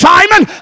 Simon